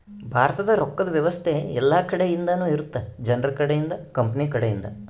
ಭಾರತದ ರೊಕ್ಕದ್ ವ್ಯವಸ್ತೆ ಯೆಲ್ಲ ಕಡೆ ಇಂದನು ಇರುತ್ತ ಜನರ ಕಡೆ ಇಂದ ಕಂಪನಿ ಕಡೆ ಇಂದ